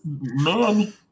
man